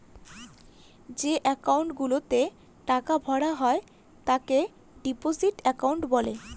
যে একাউন্ট গুলাতে টাকা ভরা হয় তাকে ডিপোজিট একাউন্ট বলে